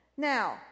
Now